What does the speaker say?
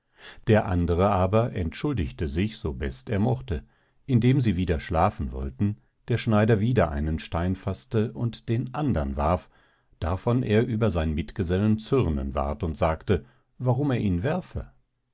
der andere aber entschuldigte sich so best er mogte indem sie wieder schlafen wollten der schneider wieder einen stein faßte und den andern warf darvon er über sein mitgesellen zürnen ward und sagte warum er ihn werfe